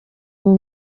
uwo